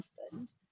husband